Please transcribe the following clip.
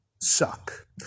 suck